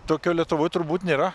tokio lietuvoj turbūt nėra